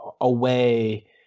away